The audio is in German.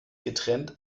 getrennt